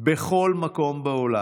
בכל מקום בעולם,